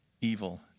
evil